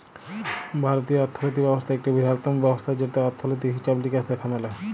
ভারতীয় অথ্থলিতি ব্যবস্থা ইকট বিরহত্তম ব্যবস্থা যেটতে অথ্থলিতির হিছাব লিকাস দ্যাখা ম্যালে